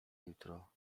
jutro